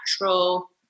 natural